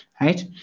right